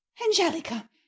Angelica